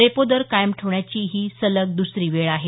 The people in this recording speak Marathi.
रेपो दर कायम ठेवण्याची ही सलग दुसरी वेळ आहे